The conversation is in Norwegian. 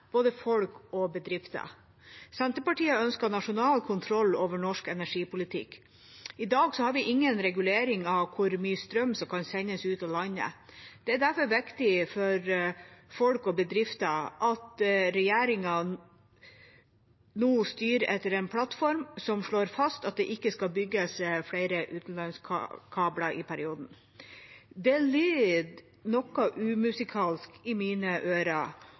både for folk og for bedrifter. Senterpartiet ønsker nasjonal kontroll over norsk energipolitikk. I dag har vi ingen regulering av hvor mye strøm som kan sendes ut av landet. Det er derfor viktig for folk og bedrifter at regjeringa nå styrer etter en plattform som slår fast at det ikke skal bygges flere utenlandskabler i perioden. Det lyder noe umusikalsk i mine ører